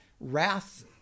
Wrath